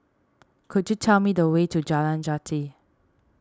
could you tell me the way to Jalan Jati